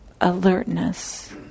alertness